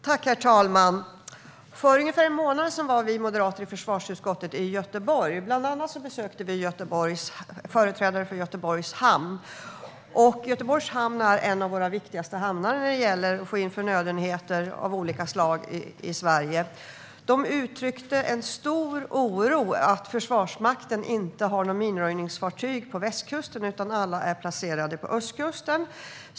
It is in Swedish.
Herr talman! För ungefär en månad sedan var vi moderater i försvarsutskottet i Göteborg. Bland annat träffade vi företrädare för Göteborgs hamn. Göteborgs hamn är en av våra viktigaste hamnar för att få in förnödenheter av olika slag i Sverige. Företrädarna uttryckte en stor oro över att Försvarsmakten inte har något minröjningsfartyg på västkusten eftersom alla är placerade på östkusten.